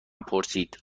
پرسید